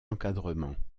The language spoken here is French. encadrement